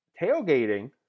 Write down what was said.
Tailgating